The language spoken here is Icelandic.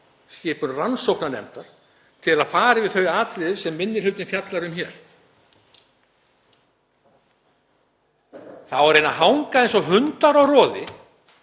skipun rannsóknarnefndar til að fara yfir þau atriði sem minni hlutinn fjallar um hér. Það á að reyna að hanga á þessu eins og hundar á roði